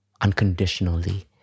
unconditionally